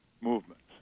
movements